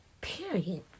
Period